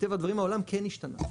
מטבע הדברים העולם כן השתנה,